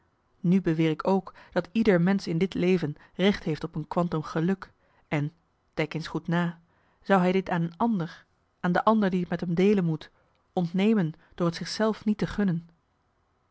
nu beweer ik ook dat ieder mensch in dit leven recht heeft op een quantum geluk en denk eens goed na zou hij dit niet aan een ander aan de ander die t met hem deelen moet ontnemen door t zich zelf niet te gunnen